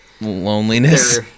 Loneliness